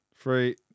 Three